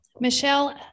Michelle